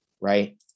right